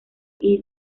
ciudad